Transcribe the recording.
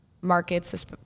markets